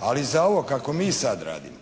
Ali za ovo kako mi sada radimo,